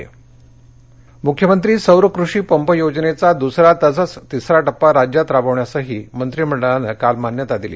मंत्रिमंडळ निर्णय मुख्यमंत्री सौरकृषी पंप योजनेचा दुसरा तसंच तिसरा टप्पा राज्यात राबवण्यासही मंत्रिमंडळाने काल मान्यता दिली